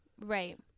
Right